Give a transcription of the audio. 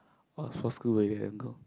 what school you will have go